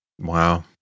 Wow